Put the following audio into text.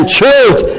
truth